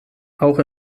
auch